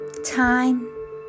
Time